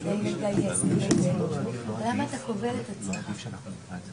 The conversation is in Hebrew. כנגד הפרקליטים והפרקליטות בשירות המדינה.